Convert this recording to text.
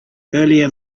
earlier